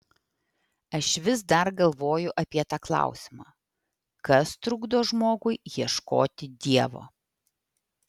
aš vis dar galvoju apie tą klausimą kas trukdo žmogui ieškoti dievo